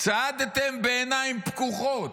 צעדתם בעיניים פקוחות.